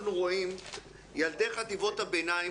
ילדי חטיבות הביניים